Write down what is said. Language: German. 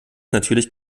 natürlich